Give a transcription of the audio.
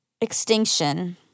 extinction